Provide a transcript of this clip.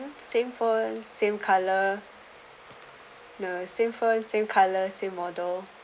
same phone same color you know same phone same color same model